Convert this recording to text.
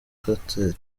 kanseri